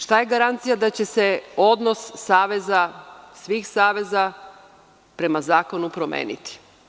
Šta je garancija da će se odnos svih saveza prema zakonu promeniti?